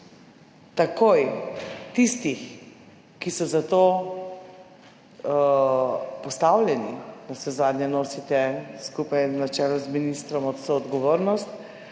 takoj tistih, ki so za to postavljeni. Navsezadnje nosite skupaj na čelu z ministrom vso odgovornost